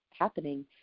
happening